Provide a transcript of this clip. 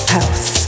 House